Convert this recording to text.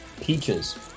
peaches